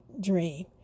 dream